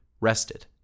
rested